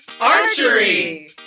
Archery